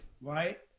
Right